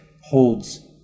holds